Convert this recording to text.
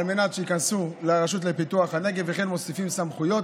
שייכנסו לרשות לפיתוח הנגב, וכן מוסיפים סמכויות.